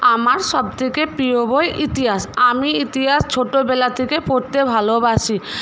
আমার সবথেকে প্রিয় বই ইতিহাস আমি ইতিহাস ছোটোবেলা থেকে পড়তে ভালোবাসি